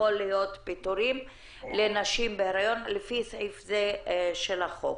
להיות גם פיטורים לנשים בהיריון לפי סעיף זה של החוק.